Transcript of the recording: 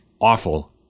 awful